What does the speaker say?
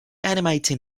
animated